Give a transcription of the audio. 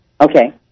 Okay